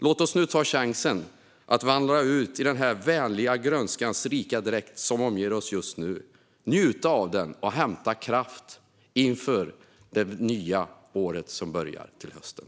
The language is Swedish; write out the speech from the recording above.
Låt oss nu ta chansen att vandra ut i den vänliga grönskans rika dräkt som omger oss just nu, njuta av den och hämta kraft inför det nya året som börjar till hösten.